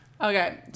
Okay